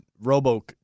Robo